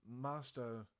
Master